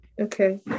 okay